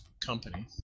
company